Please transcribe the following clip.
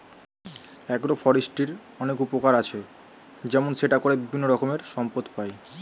agro ফরেস্ট্রির অনেক উপকার আছে, যেমন সেটা করে বিভিন্ন রকমের সম্পদ পাই